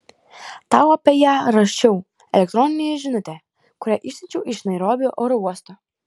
tau apie ją rašiau elektroninėje žinutėje kurią išsiunčiau iš nairobio oro uosto